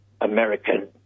American